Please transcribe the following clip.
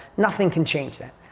nothing can change that.